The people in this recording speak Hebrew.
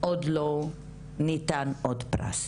עוד לא ניתן עוד פרס.